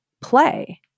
play